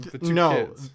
no